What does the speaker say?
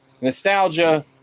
nostalgia